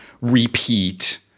repeat